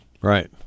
Right